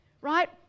right